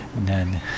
None